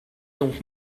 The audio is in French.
donc